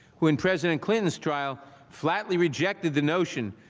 when president clinton's trial flatly rejected the notion,